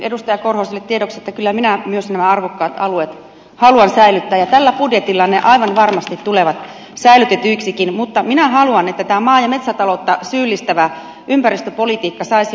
edustaja korhoselle tiedoksi että kyllä minä myös nämä arvokkaat alueet haluan säilyttää ja tällä budjetilla ne aivan varmasti tulevat säilytetyiksikin mutta minä haluan että tämä maa ja metsätaloutta syyllistävä ympäristöpolitiikka saisi jo loppua